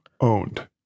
owned